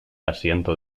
asiento